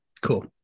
Cool